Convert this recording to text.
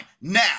Now